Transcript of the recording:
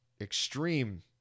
extreme